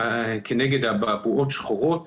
כנגד אבעבועות שחורות.